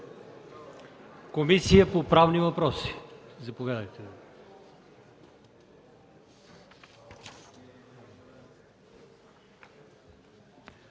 Комисията по правни въпроси